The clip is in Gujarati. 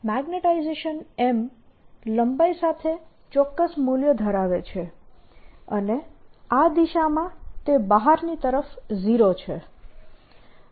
M મેગ્નેટાઇઝેશન M લંબાઈ સાથે ચોક્કસ મૂલ્ય ધરાવે છે અને આ દિશામાં તે બહારની તરફ 0 છે